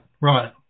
right